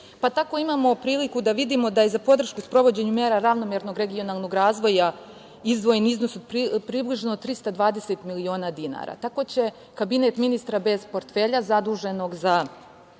Tako imamo priliku da vidimo da je za podršku sprovođenja mera ravnomernog regionalnog razvoja izdvojen iznos od približno 320 miliona dinara. Tako će Kabinet ministra bez portfelja zadužen za